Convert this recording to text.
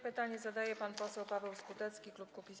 Pytanie zadaje pan poseł Paweł Skutecki, klub Kukiz’15.